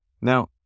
Now